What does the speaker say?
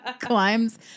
climbs